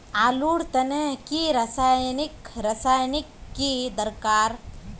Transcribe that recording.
आलूर तने की रासायनिक रासायनिक की दरकार?